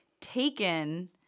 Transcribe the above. taken